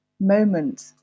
moment